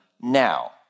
now